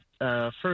first